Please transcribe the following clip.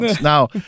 Now